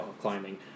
climbing